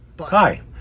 Hi